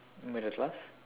middle class